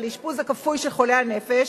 על אשפוז כפוי של חולה הנפש,